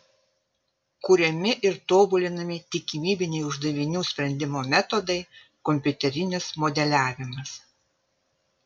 kuriami ir tobulinami tikimybiniai uždavinių sprendimo metodai kompiuterinis modeliavimas